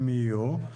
אם יהיו.